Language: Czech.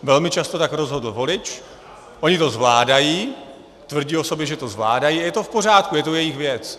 Velmi často tak rozhodl volič, oni to zvládají, tvrdí o sobě, že to zvládají, je to v pořádku, je to jejich věc.